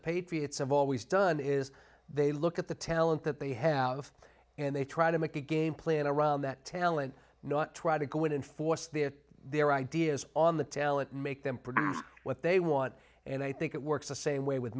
patriots have always done is they look at the talent that they have and they try to make a game plan around that talent not try to go in and force the their ideas on the tail and make them produce what they want and i think it works the same way with